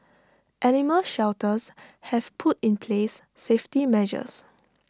animal shelters have put in place safety measures